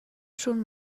schon